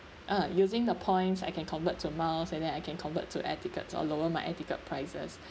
ah using the points I can convert to miles and then I can convert to air tickets or lower my air ticket prices